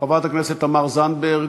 חברת הכנסת תמר זנדברג,